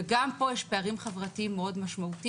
וגם פה יש פערים חברתיים מאוד משמעותיים.